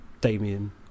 Damien